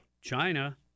China